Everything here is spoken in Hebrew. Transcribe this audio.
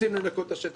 רוצים לנקות את השטח,